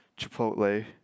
Chipotle